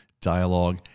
dialogue